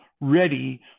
ready